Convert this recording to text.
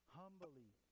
humbly